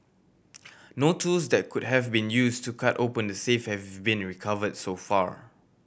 no tools that could have been use to cut open the safe have been recovered so far